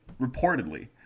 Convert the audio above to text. reportedly